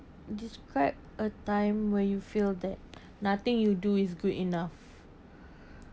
describe a time where you feel that nothing you do is good enough